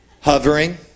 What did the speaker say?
Hovering